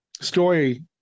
story